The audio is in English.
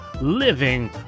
living